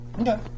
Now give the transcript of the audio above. Okay